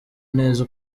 neza